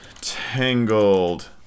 Tangled